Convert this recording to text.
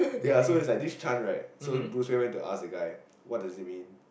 ya so like this chant right so bush went to ask the guy what does it mean